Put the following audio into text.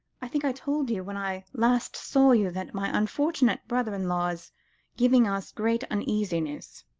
i think i told you when i last saw you, that my unfortunate brother-in-law is giving us great uneasiness.